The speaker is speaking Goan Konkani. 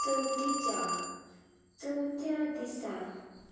चवथीच्या चवथ्या दिसा